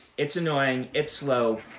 it's annoying. it's slow.